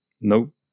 Nope